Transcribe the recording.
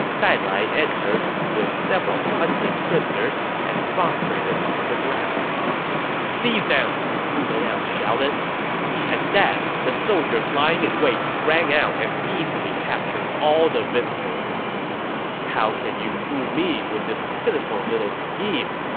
dailai entered with several hundred prisoners and prostrated on the ground seize them! zhuge liang shouted at that, the soldiers lying in wait sprang out and easily captured all the visitors how can you fool me with this pitiful little scheme?